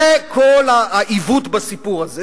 זה כל העיוות בסיפור הזה.